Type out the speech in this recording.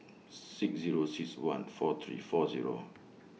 six Zero six one four three four Zero